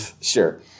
Sure